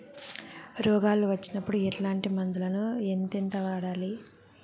రోగాలు వచ్చినప్పుడు ఎట్లాంటి మందులను ఎంతెంత వాడాలి?